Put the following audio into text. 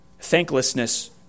thanklessness